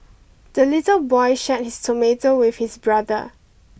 the little boy shared his tomato with his brother